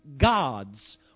gods